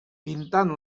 pintant